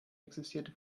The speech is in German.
existierte